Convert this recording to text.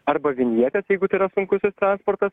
arba vinjietės jeigu tai yra sunkusis transportas